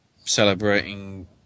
celebrating